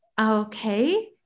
okay